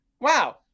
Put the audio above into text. Wow